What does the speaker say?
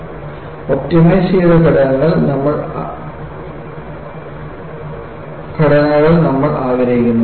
അതിനാൽ ഒപ്റ്റിമൈസ് ചെയ്ത ഘടനകൾ നമ്മൾ ആഗ്രഹിക്കുന്നു